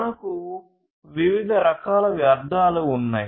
మనకు వివిధ రకాల వ్యర్థాలు ఉన్నాయి